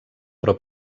però